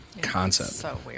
concept